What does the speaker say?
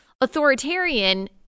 authoritarian